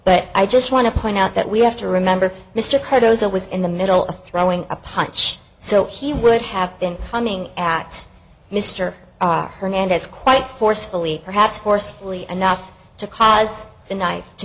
but i just want to point out that we have to remember mr cardoza was in the middle of throwing a punch so he would have been coming at mr r hernandez quite forcefully perhaps forcefully enough to cause the knife to